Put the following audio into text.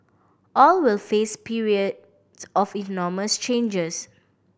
all will face periods of enormous changes